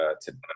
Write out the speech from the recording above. today